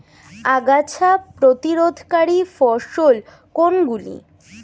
আগাছা প্রতিরোধকারী ফসল কোনগুলি?